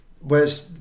whereas